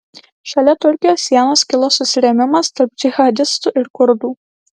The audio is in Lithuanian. šalia turkijos sienos kilo susirėmimas tarp džihadistų ir kurdų